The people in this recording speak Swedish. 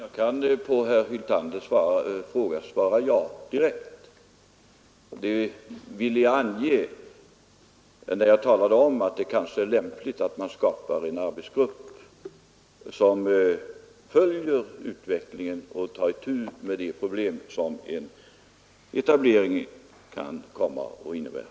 Herr talman! Jag kan på herr Hyltanders fråga svara ja direkt. Det ville jag ange när jag talade om att det kanske är lämpligt att man skapar en arbetsgrupp som följer utvecklingen och tar itu med de problem som en etablering kan komma att innebära.